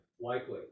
likely